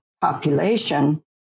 population